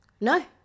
No